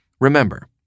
Remember